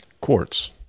Quartz